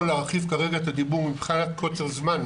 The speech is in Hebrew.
להרחיב כרגע את הדיבור מבחינת קוצר זמן,